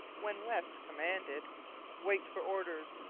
when west commanded wait for orders!